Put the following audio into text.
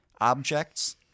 objects